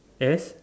S